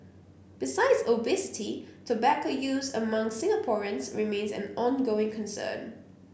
besides obesity tobacco use among Singaporeans remains an ongoing concern